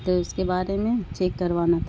تو اس کے بارے میں چیک کروانا تھا